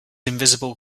invisible